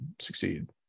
succeed